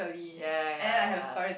ya ya ya ya ya